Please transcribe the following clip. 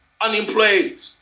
unemployed